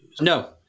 No